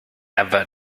ever